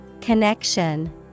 Connection